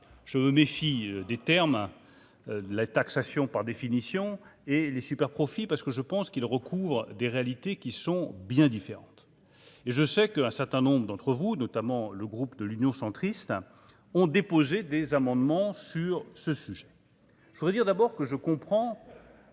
me méfie des termes la taxation par définition et les superprofits parce que je pense qu'il recouvre des réalités qui sont bien différentes et je sais que un certain nombre d'entre vous, notamment le groupe de l'Union centriste ont déposé des amendements sur ce sujet. Je voudrais dire d'abord que je comprends,